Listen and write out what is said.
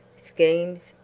schemes,